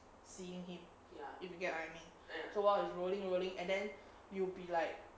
seeing him if you get what I mean so while it's rolling rolling and then you'll be like